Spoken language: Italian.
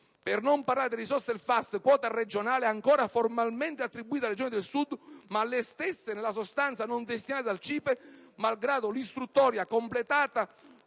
Per non parlare delle risorse del FAS, quota regionale, ancora formalmente attribuite alle Regioni del Sud, ma alle stesse, nella sostanza, non destinate dal CIPE, malgrado l'istruttoria completata